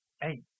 hey